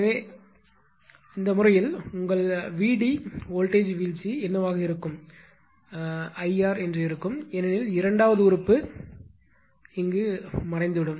எனவே அந்த வழக்கில் உங்கள் VD வோல்ட்டேஜ் வீழ்ச்சி என்னவாக இருக்கும் 𝐼𝑅 இருக்கும் ஏனெனில் இரண்டாவது உறுப்பு மறைந்துவிடும்